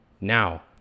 Now